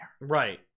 Right